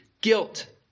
guilt